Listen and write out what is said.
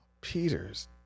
peter's